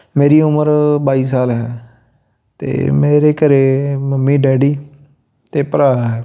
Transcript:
ਮੇਰੀ ਉਮਰ ਬਾਈ ਸਾਲ ਹੈ ਅਤੇ ਮੇਰੇ ਘਰੇ ਮੰਮੀ ਡੈਡੀ ਅਤੇ ਭਰਾ ਹੈ